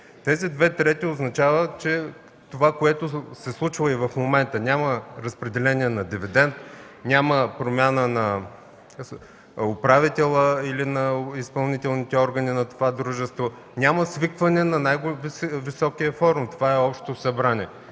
тези две трети означават, че това, което се случва в момента – няма разпределение на дивидент, няма промяна на управителя или на изпълнителните органи на това дружество, няма свикване на най-високия форум Общото събрание